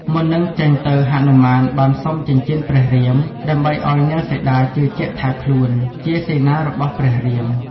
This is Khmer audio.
មុននឹង ចេញទៅហនុមានបានសុំចិញ្ចៀនព្រះរាម ដើម្បីឱ្យនាងសីតាជឿជាក់ថា ខ្លួនជាសេនារបស់ ព្រះរាម។